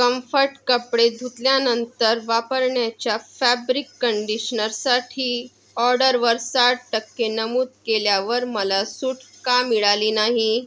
comfort कपडे धुतल्यानंतर वापरण्याच्या फॅब्रिक कंडिशनरसाठी ऑर्डरवर साठ टक्के नमूद केल्यावर मला सूट का मिळाली नाही